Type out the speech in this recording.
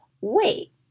wait